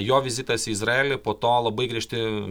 jo vizitas į izraelį po to labai griežti